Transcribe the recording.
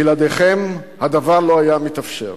בלעדיכם הדבר לא היה מתאפשר.